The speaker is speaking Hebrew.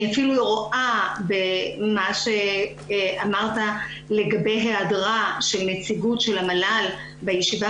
אני אפילו רואה במה שאמרת לגבי היעדרה של נציגות של המל"ל בישיבה